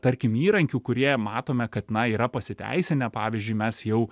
tarkim įrankių kurie matome kad na yra pasiteisinę pavyzdžiui mes jau